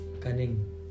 cunning